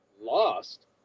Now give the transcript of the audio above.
lost